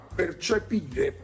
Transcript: percepire